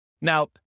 Now